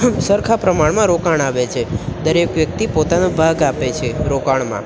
સરખા પ્રમાણમાં રોકાણ આવે છે દરેક વ્યક્તિ પોતાનો ભાગ આપે છે રોકાણમાં